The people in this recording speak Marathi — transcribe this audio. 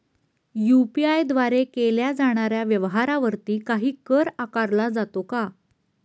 यु.पी.आय द्वारे केल्या जाणाऱ्या व्यवहारावरती काही कर आकारला जातो का?